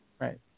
Right